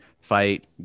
fight